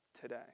today